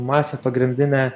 masę pagrindinę